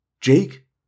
Jake